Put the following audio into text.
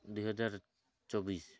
ଦୁଇ ହଜାର ଚବିଶ